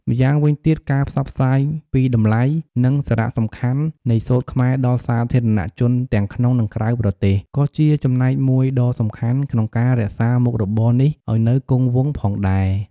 ម្យ៉ាងវិញទៀត ការផ្សព្វផ្សាយពីតម្លៃ និងសារៈសំខាន់នៃសូត្រខ្មែរដល់សាធារណជនទាំងក្នុង និងក្រៅប្រទេស ក៏ជាចំណែកមួយដ៏សំខាន់ក្នុងការរក្សាមុខរបរនេះឲ្យនៅគង់វង្សផងដែរ។